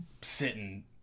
sitting